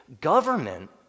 Government